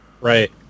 Right